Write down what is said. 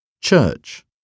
Church